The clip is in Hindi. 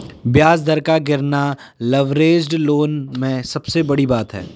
ब्याज दर का गिरना लवरेज्ड लोन में सबसे बड़ी बात है